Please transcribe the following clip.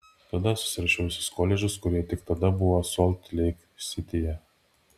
tada susirašiau visus koledžus kurie tik tada buvo solt leik sityje